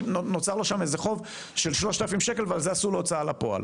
ונוצר לו שם איזה חוב של 3000 שקל ועל זה עשו לו הוצאה לפועל.